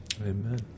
amen